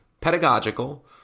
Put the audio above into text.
Pedagogical